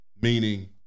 Meaning